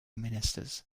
ministers